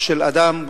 של אדם,